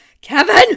Kevin